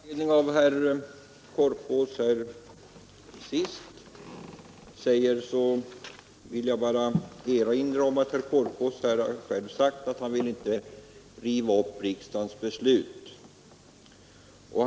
Herr talman! Med anledning av herr Korpås” senaste yttrande vill jag bara erinra om att herr Korpås själv sagt att han inte vill riva upp riksdagens beslut om Remmene.